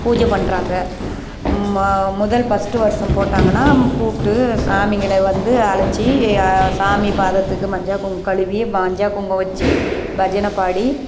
பூஜை பண்ணுறாங்க முதல் பஸ்ட்டு வருசம் போட்டாங்கன்னால் கூப்பிட்டு சாமிங்களை வந்து அழச்சு சாமி பாதத்துக்கு மஞ்ச குங்கு கழுவி மஞ்ச குங்குமம் வச்சு பஜனை பாடி